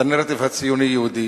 את הנרטיב הציוני-יהודי,